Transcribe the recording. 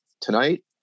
Tonight